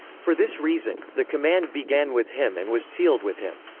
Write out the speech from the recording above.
for this reason, the command began with him and was sealed with him.